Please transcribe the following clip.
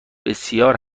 بسیار